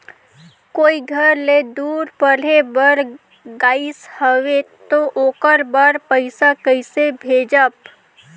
कोई घर ले दूर पढ़े बर गाईस हवे तो ओकर बर पइसा कइसे भेजब?